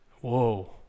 Whoa